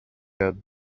had